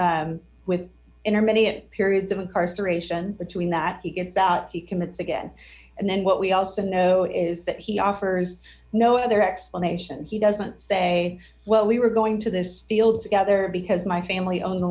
with intermediate periods of incarceration between that he gets out he commits again and then what we also know is that he offers no other explanation he doesn't say well we were going to this field together because my family own